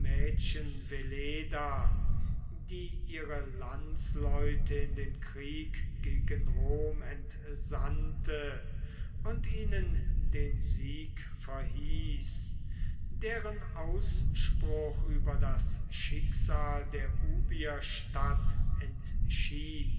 die ihre landsleute in den krieg gegen rom entsandte und ihnen den sieg verhieß deren ausspruch über das schicksal der ubierstadt